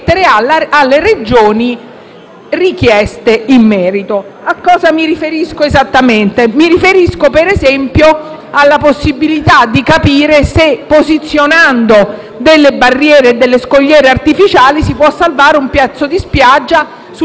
richieste in merito. Mi riferisco - per esempio - alla possibilità di capire se, posizionando delle barriere e delle scogliere artificiali, si possa salvare un pezzo di spiaggia sulla quale magari insiste